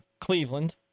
Cleveland